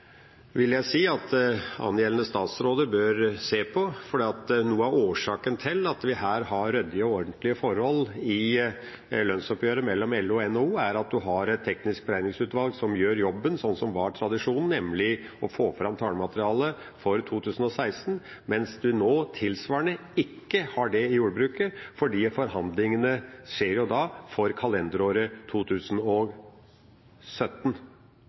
vil jeg si at angjeldende statsråder bør se på, for noe av årsaken til at vi har ryddige og ordentlige forhold i lønnsoppgjøret mellom LO og NHO, er at vi har et teknisk beregningsutvalg som gjør jobben, slik tradisjonen er, nemlig å få fram tallmateriale for 2016. Vi har ikke noe tilsvarende i jordbruket fordi forhandlingene skjer for kalenderåret 2017,